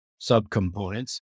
subcomponents